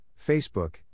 Facebook